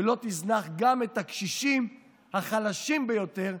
ולא תזנח גם את הקשישים החלשים ביותר,